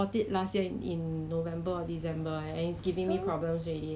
so I think they really maybe short change some